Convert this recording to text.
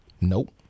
Nope